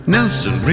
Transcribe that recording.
Nelson